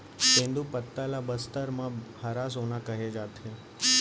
तेंदूपत्ता ल बस्तर म हरा सोना कहे जाथे